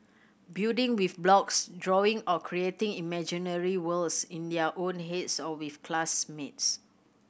building with blocks drawing or creating imaginary worlds in their own heads or with classmates